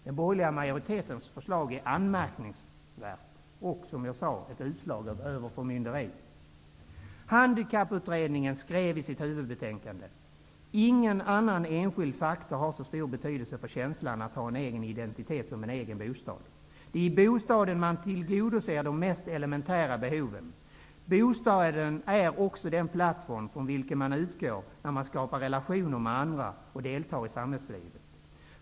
Den borgerliga majoritetens förslag är anmärkningsvärt och, som jag sagt, ett utslag av förmynderi. Handikapputredningen skriver i sitt huvudbetänkande: ''Ingen annan enskild faktor har så stor betydelse för känslan att ha en egen identitet som en egen bostad. Det är i bostaden man tillgodoser de mest elementära behoven. Bostaden är också den plattform från vilken man utgår när man skapar relationer med andra och deltar i samhällslivet.